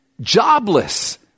Jobless